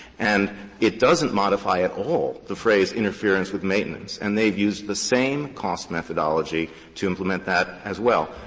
and it doesn't modify at all the phrase interference with maintenance, and they've used the same cost methodology to implement that as well.